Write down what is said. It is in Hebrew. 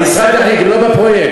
ככה, משרד החינוך, לא בפרויקט.